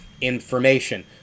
information